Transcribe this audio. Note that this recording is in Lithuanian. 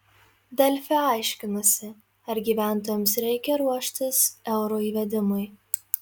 delfi aiškinasi ar gyventojams reikia ruoštis euro įvedimui